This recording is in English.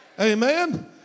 Amen